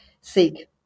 seek